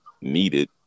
needed